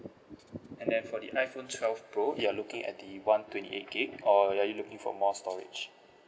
and then for the iphone twelve pro you are looking at the one twenty eight gig or are you looking for more storage